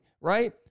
right